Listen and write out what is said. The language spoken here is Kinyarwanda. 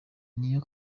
niyo